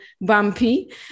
bumpy